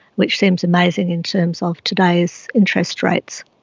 which seems amazing in terms of today's interest rates.